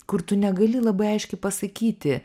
kur tu negali labai aiškiai pasakyti